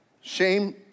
Shame